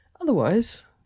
Otherwise